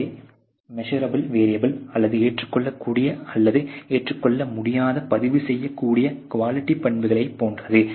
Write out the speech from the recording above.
அவை measurable variable அல்லது ஏற்றுக்கொள்ளக்கூடிய அல்லது ஏற்றுக்கொள்ள முடியாத பதிவுசெய்யக்கூடிய குவாலிட்டி பண்புகளைப் போன்றது